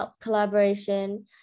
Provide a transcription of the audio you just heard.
collaboration